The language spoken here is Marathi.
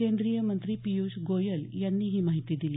केंद्रीय मंत्री पियूष गोयल यांनी ही माहिती दिली